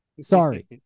Sorry